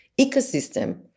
ecosystem